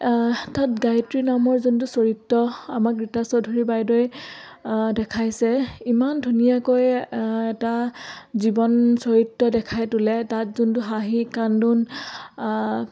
তাত গায়ত্ৰী নামৰ যোনটো চৰিত্ৰ আমাক ৰীতা চৌধুৰীৰ বাইদেউৱে দেখাইছে ইমান ধুনীয়াকৈ এটা জীৱন চৰিত্ৰ দেখাই তোলে তাত যোনটো হাঁহি কান্দোন